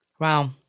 Wow